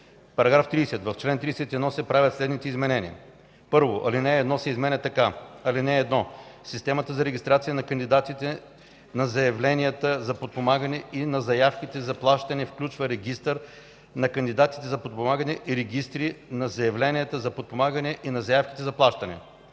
§ 30: „§ 30. В чл. 31 се правят следните изменения: 1. Алинея 1 се изменя така: „(1) Системата за регистрация на кандидатите, на заявленията за подпомагане и на заявките за плащане включва регистър на кандидатите за подпомагане и регистри на заявленията за подпомагане и на заявките за плащане.”